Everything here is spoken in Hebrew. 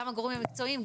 גם הגורמים המקצועיים,